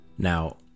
Now